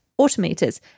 automators